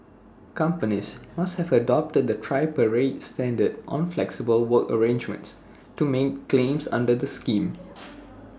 companies must have adopted the tripartite standard on flexible work arrangements to make claims under the scheme